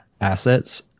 assets